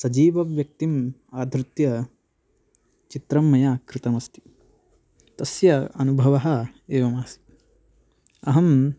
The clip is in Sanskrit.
सजीवव्यक्तिम् आधृत्य चित्रं मया कृतमस्ति तस्य अनुभवः एवमासीत् अहम्